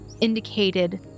indicated